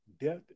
Death